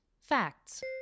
facts